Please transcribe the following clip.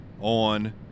on